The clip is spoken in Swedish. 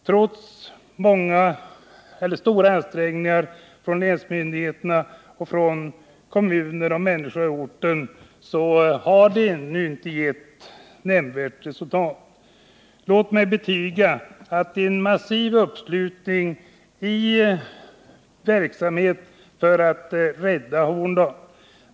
Trots stora ansträngningar från länsmyndigheter, kommuner och människor på orten har det ännu inte blivit några nämnvärda resultat. Låt mig betyga att det är 2n massiv uppslutning i arbetet för att rädda Horndal.